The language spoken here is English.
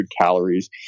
calories